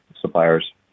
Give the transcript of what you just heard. suppliers